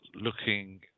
looking